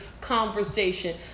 conversation